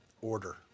order